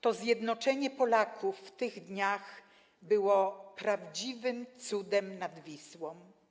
To zjednoczenie Polaków w tych dniach było prawdziwym 'Cudem nad Wisłą'